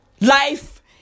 Life